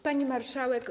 Pani Marszałek!